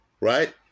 right